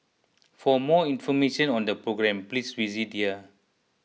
for more information on the programme please visit here